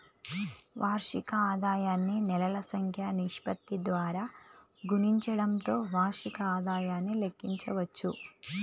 వార్షిక ఆదాయాన్ని నెలల సంఖ్య నిష్పత్తి ద్వారా గుణించడంతో వార్షిక ఆదాయాన్ని లెక్కించవచ్చు